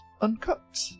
Uncut